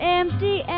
empty